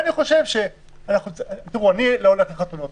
אני לא הולך לחתונות.